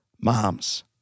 moms